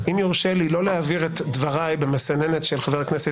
אם יורשה לי לא להעביר את דבריי במסננת של חבר הכנסת